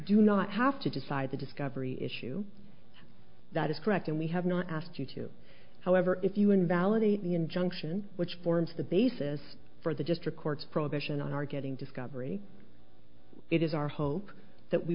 have to decide the discovery issue that is correct and we have not asked you to however if you invalidate the injunction which forms the basis for the district court prohibition on our getting discovery it is our hope that we